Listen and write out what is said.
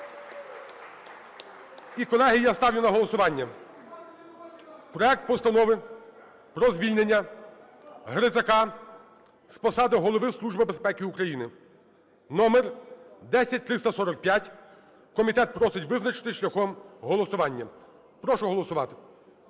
І, колеги, я ставлю на голосування проект Постанови про звільнення Грицака з посади Голови Служби безпеки України (№10345). Комітет просить визначитися шляхом голосування. Прошу голосувати.